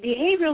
behavioral